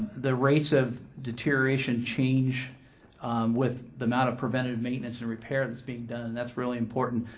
the rates of deterioration change with the amount of preventative maintenance and repair that's being done, and that's really important.